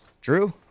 Drew